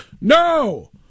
No